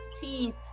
team